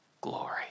glory